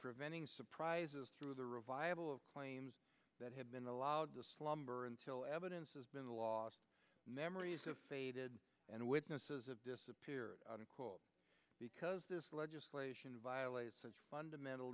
preventing surprises through the revival of claims that have been allowed to slumber until evidence has been lost memories have faded and witnesses have disappeared because this legislation violates such fundamental